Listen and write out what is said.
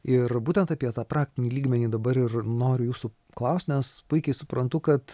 ir būtent apie tą praktinį lygmenį dabar ir noriu jūsų klaust nes puikiai suprantu kad